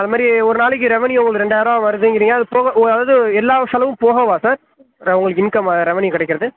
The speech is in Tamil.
அது மாதிரி ஒரு நாளைக்கு ரெவன்யூ உங்களுக்கு ரெண்டாயிரூபா வருதுங்கிறீங்க அதுபோக ஓ அதாவது எல்லாச் செலவும் போகவா சார் உங்களுக்கு இன்கம் ரெவன்யூ கிடைக்கிறது